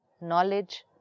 knowledge